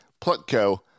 Plutko